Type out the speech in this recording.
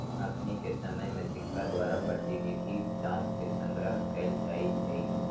अखनिके समय में सिक्का द्वारा प्रतिनिधि दाम के संग्रह कएल जाइ छइ